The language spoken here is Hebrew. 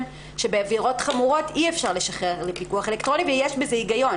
שבעבירות חמורות אי אפשר לשחרר לפיקוח אלקטרוני ויש בזה הגיון